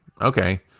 Okay